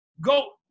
Go